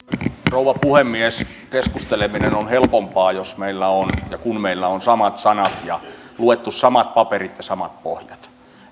rouva puhemies keskusteleminen on helpompaa jos ja kun meillä on samat sanat ja on luettu samat paperit ja samat pohjat